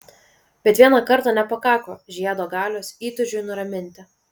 bet vieną kartą nepakako žiedo galios įtūžiui nuraminti